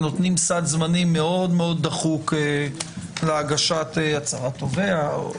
נותנים סד זמנים מאוד מאוד דחוק להגשת הצהרת תובע.